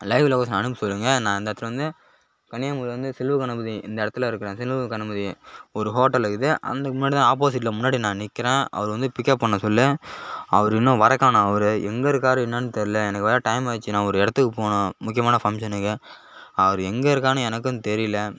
live location அனுப்ப சொல்லுங்கள் நான் இந்த இடத்துல வந்து கன்னியாகுமரிலேந்து செல்வகணபதி இந்த இடத்துல இருக்கிறேன் செல்வ கணபதி ஒரு ஹோட்டல் இருக்குது அதக்கு முன்னாடி தான் ஆப்போசிட்டில் முன்னாடி நான் நிற்கிறேன் அவரு வந்து பிக்அப் பண்ண சொல்லுங் அவரு இன்னும் வர காணோம் அவரு எங்கே இருக்கார் என்னான்னு தெரில எனக்கு வேற டைம் ஆயிடுச்சி நான் ஒரு இடத்துக்குப் போனும் முக்கியமான பங்க்ஷனுக்கு அவரு எங்கே இருக்காருன்னு எனக்கும் தெரியல